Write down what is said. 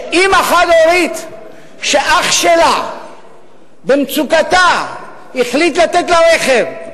שאמא חד-הורית שאח שלה בשל מצוקתה החליט לתת לה רכב,